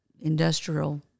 industrial